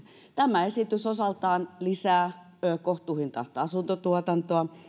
tämä esitys osaltaan lisää kohtuuhintaista asuntotuotantoa